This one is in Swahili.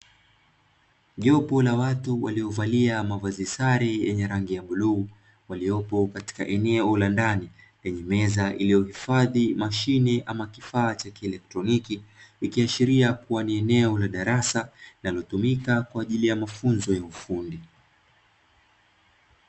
Jopo la watu waliovalia mavazi sare yenye rangi ya bluu, waliopo katika eneo la ndani lenye meza iliyohifadhi mashine ama kifaa cha kielektroniki ikiashiria kuwa ni eneo la darasa linalotumika kwa ajili ya mafunzo ya ufundi.